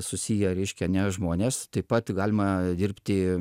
susiję reiškia ane žmonės taip pat galima dirbti